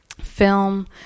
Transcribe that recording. film